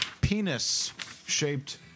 Penis-shaped